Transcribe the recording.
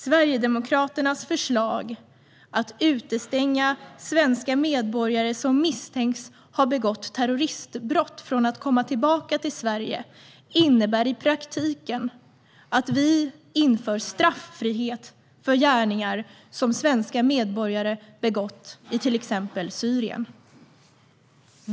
Sverigedemokraternas förslag att utestänga svenska medborgare som misstänks ha begått terroristbrott från att komma tillbaka till Sverige innebär i praktiken att vi inför straffrihet för gärningar som svenska medborgare begått i till exempel Syrien.